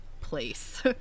place